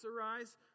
arise